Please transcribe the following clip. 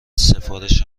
سفارش